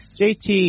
JT